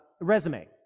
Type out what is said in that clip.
resume